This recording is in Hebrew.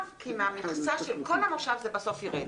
כי מהמכסה של כל המושב זה בסוף ירד.